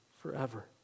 forever